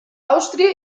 àustria